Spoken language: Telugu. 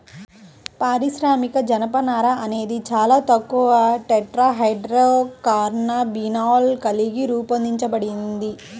పారిశ్రామిక జనపనార అనేది చాలా తక్కువ టెట్రాహైడ్రోకాన్నబినాల్ కలిగి రూపొందించబడింది